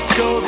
go